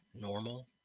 normal